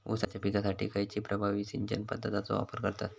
ऊसाच्या पिकासाठी खैयची प्रभावी सिंचन पद्धताचो वापर करतत?